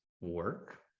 work